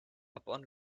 upon